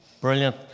brilliant